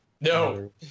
No